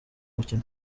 mukino